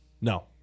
No